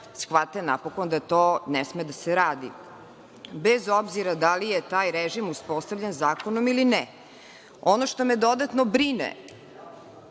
shvate napokon da to ne sme da se radi, bez obzira da li je taj režim uspostavljen zakonom ili ne. Ono što me dodatno brine